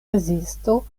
rezisto